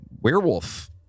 werewolf